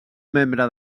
membre